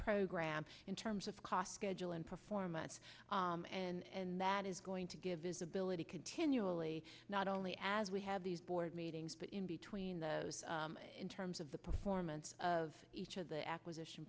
program in terms of cost schedule and performance and that is going to give visibility continually not only as we have these board meetings but in between those in terms of the performance of each of the acquisition